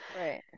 Right